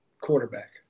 quarterback